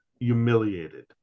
humiliated